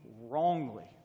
wrongly